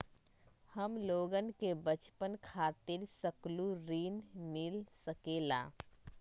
हमलोगन के बचवन खातीर सकलू ऋण मिल सकेला?